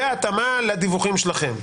והתאמה לדיווחים שלכם.